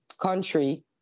country